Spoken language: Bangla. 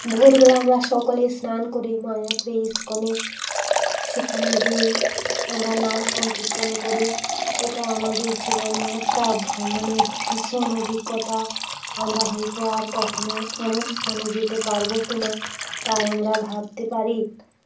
ভোরবেলা আমরা সকলে স্নান করে মায়াপুরে ইস্কনে সেখানে যেয়ে আমরা নাম সংকীর্তন করি এটাও আমাদের জীবনে একটা ভ্রমণের ভীষণ অভিজ্ঞতা আমরা হয়তো আর কখনও এমন স্থানে যেতে পারব কি না তাই আমরা ভাবতে পারি